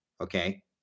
Okay